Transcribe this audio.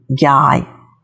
guy